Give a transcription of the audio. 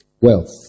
Wealth